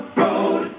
road